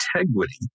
integrity